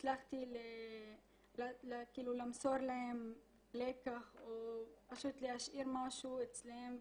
הצלחתי להעביר להם את הלקח או פשוט להשאיר משהו אצלם.